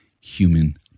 human